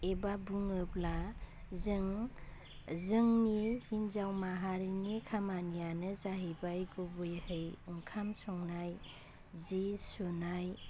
एबा बुङोब्ला जों जोंनि हिन्जाव माहारिनि खामानियानो जाहैबाय गुबैयै ओंखाम संनाय जि सुनाय